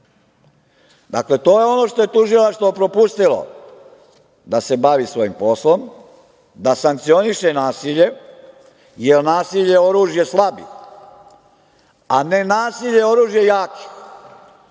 još. Dakle, to je ono što je tužilaštvo propustilo, da se bavi svojim poslom, da sankcioniše nasilje, jer nasilje i oružje slabi, a nenasilje je oružje jakih.